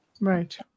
right